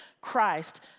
Christ